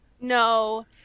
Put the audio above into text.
No